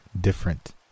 different